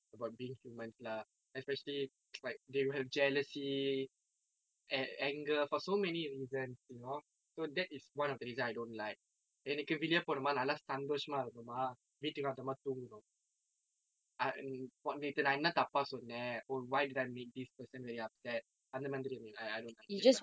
about being humans lah especially like they will have jealousy an~ anger for so many reasons you know so that is one of the reason I don't like எனக்கு வெளியே போணுமா நல்ல சந்தோசமா இருந்தோமா வீட்டுக்கு வந்தோமா தூங்கணும் நேற்று நான் என்ன தப்பா சொன்னேன்:enakku veliye ponumaa nalla santhosamaa irunthomaa vittukku vanthomaa thunganum naetu naan enna thappaa sonen oh why did I make this person very upset அந்த மாதிரி:antha maathiri I I don't like it lah